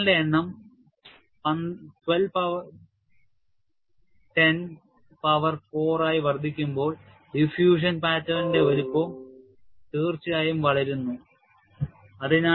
cycle ഇന്റെ എണ്ണം 12 into 10 power 4 ആയി വർദ്ധിക്കുമ്പോൾ ഡിഫ്യൂഷൻ പാറ്റേണിന്റെ വലുപ്പം തീർച്ചയായും വളർന്നു